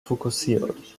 fokussiert